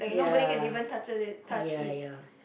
yeah yeah yeah